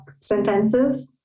sentences